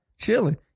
chilling